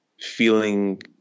feeling